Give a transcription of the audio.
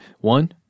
one